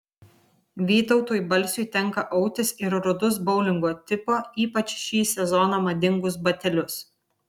vytautui balsiui tenka autis ir rudus boulingo tipo ypač šį sezoną madingus batelius